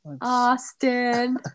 austin